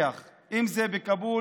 הסגור,